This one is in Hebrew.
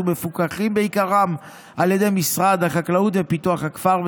מפוקחים בעיקרם על ידי משרד החקלאות ופיתוח הכפר,